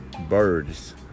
birds